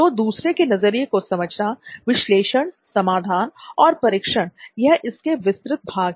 तो दूसरे के नज़रिए को समझना विश्लेषण समाधान और परीक्षण यह इसके विस्तृत भाग है